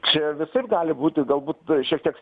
čia visur gali būti galbūt šiek tiek